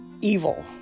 evil